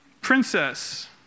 princess